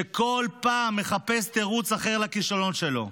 שבכל פעם מחפש תירוץ אחר לכישלון שלו.